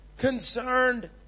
concerned